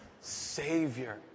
Savior